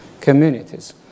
communities